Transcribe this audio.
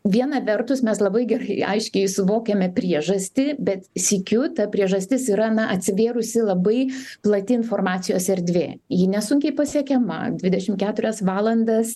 viena vertus mes labai gerai aiškiai suvokiame priežastį bet sykiu ta priežastis yra na atsivėrusi labai plati informacijos erdvė ji nesunkiai pasiekiama dvidešim keturias valandas